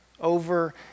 over